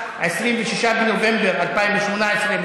26 בנובמבר 2018,